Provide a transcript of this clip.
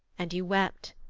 and you wept.